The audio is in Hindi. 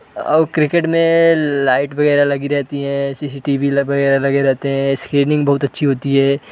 और क्रिकेट में लाइट वगैरह लगी रहती हैं सीसीटीवी वगैरह लगे रहते हैं स्क्रीनिंग बहुत अच्छी होती है